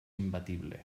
imbatible